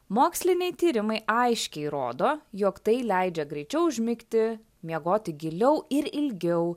moksliniai tyrimai aiškiai rodo jog tai leidžia greičiau užmigti miegoti giliau ir ilgiau